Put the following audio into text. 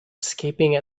escaping